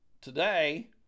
today